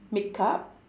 makeup